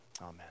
Amen